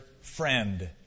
friend